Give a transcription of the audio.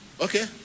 Okay